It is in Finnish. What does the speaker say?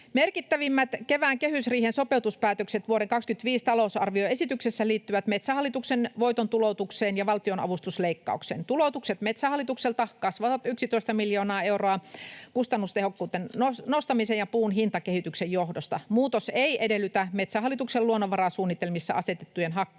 Merkittävimmät kevään kehysriihen sopeutuspäätökset vuoden 25 talousarvioesityksessä liittyvät Metsähallituksen voiton tuloutukseen ja valtionavustusleikkaukseen. Tuloutukset Metsähallitukselta kasvavat 11 miljoonaa euroa kustannustehokkuuden nostamisen ja puun hintakehityksen johdosta. Muutos ei edellytä Metsähallituksen luonnonvarasuunnitelmissa asetettujen